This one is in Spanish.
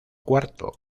cuarto